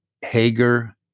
Hager